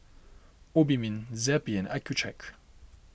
Obimin Zappy and Accucheck